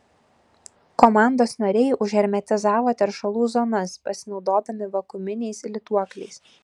komandos nariai užhermetizavo teršalų zonas pasinaudodami vakuuminiais lituokliais